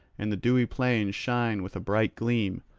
and the dewy plains shine with a bright gleam,